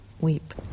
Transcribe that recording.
weep